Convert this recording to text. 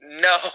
no